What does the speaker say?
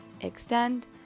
extend